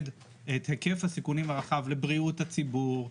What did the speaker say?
את היקף הסיכונים הרחב לבריאות הציבור,